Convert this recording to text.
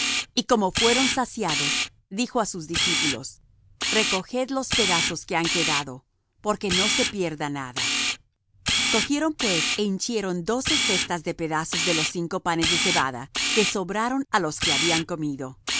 y como fueron saciados dijo á sus discípulos recoged los pedazos que han quedado porque no se pierda nada cogieron pues é hinchieron doce cestas de pedazos de los cinco panes de cebada que sobraron á los que habían comido